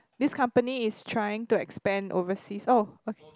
this company is trying to expand overseas oh okay